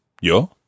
Yo